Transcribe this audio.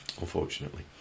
unfortunately